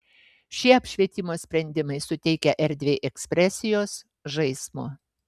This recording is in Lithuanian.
šie apšvietimo sprendimai suteikia erdvei ekspresijos žaismo